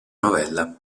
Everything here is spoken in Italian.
novella